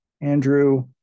Andrew